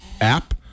app